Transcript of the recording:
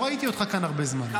הרבה זמן לא באת,